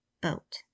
boat